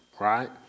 Right